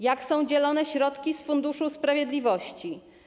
Jak są dzielone środki z Funduszu Sprawiedliwości?